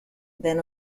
than